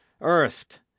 Earthed